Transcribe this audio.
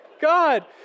God